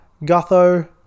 Gutho